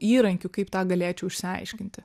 įrankių kaip tą galėčiau išsiaiškinti